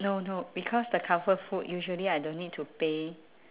no no because the comfort food usually I don't need to pay